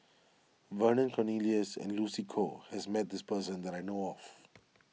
Vernon Cornelius and Lucy Koh has met this person that I know of